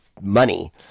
money